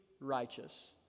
righteous